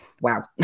wow